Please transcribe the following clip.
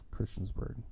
Christiansburg